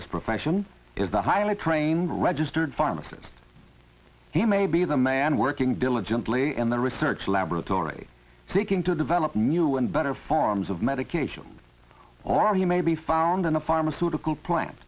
this profession is the highly trained registered pharmacist he may be the man working diligently in the research laboratory taking to develop new and better forms of medication or you may be found in a pharmaceutical plant